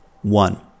one